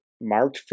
March